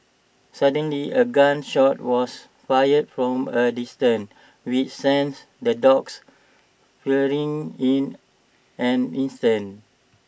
suddenly A gun shot was fired from A distance which sents the dogs fleeing in an instant